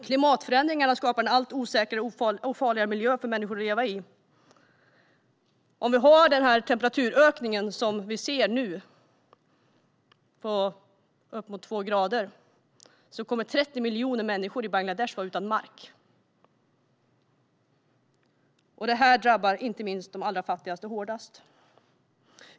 Klimatförändringarna skapar en allt osäkrare och farligare miljö för människor att leva i. Med den temperaturökning som vi nu ser, med uppemot två grader, kommer 30 miljoner människor i Bangladesh att bli utan mark. Allt detta drabbar inte minst de allra fattigaste hårdast.